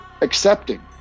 accepting